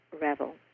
revel